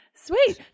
Sweet